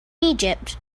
egypt